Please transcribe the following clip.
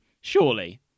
Surely